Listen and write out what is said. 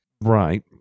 Right